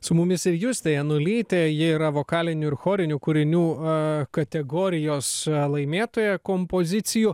su mumis ir justė janulytė ji yra vokalinių ir chorinių kūrinių a kategorijos laimėtoja kompozicijų